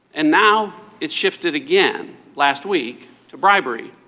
and now it shifted again last week to bribery.